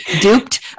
duped